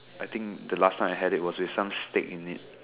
I think the last time I had it was with some steak in it